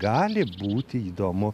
gali būti įdomu